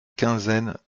quinzaine